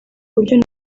buryo